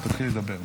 דקה, תתחילי לדבר,